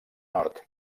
nord